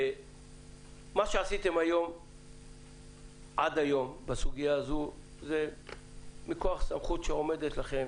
מה שעשיתם עד היום בסוגיה הזאת זה מכוח סמכות שעומדת לכם